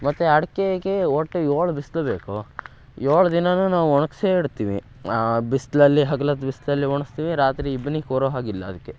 ಮತ್ತೆ ಅಡಿಕೆಗೆ ಒಟ್ಟು ಏಳು ಬಿಸಿಲು ಬೇಕು ಏಳು ದಿನಾಲು ನಾವು ಒಣಗಿಸೇ ಇಡ್ತೀವಿ ಆ ಬಿಸಿಲಲ್ಲಿ ಹಗ್ಲೊತ್ತು ಬಿಸಿಲಲ್ಲಿ ಒಣಗ್ಸ್ತೀವಿ ರಾತ್ರಿ ಇಬ್ಬನಿ ಕೂರೋ ಹಾಗಿಲ್ಲ ಅದಕ್ಕೆ